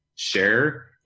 Share